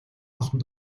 албан